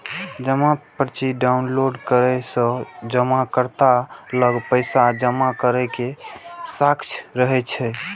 जमा पर्ची डॉउनलोड करै सं जमाकर्ता लग पैसा जमा करै के साक्ष्य रहै छै